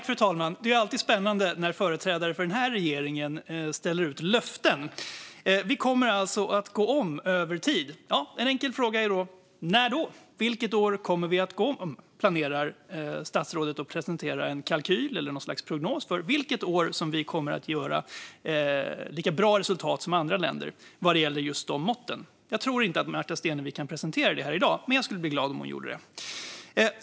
Fru talman! Det är alltid spännande när företrädare för den här regeringen ställer ut löften. Vi kommer alltså att gå om över tid. En enkel fråga är då när. Vilket år kommer vi att gå om? Planerar statsrådet att presentera en kalkyl eller en prognos för vilket år vi kommer att få lika bra resultat som andra länder vad gäller just de måtten? Jag tror inte att Märta Stenevi kan presentera det här i dag, men jag skulle bli glad om hon gjorde det.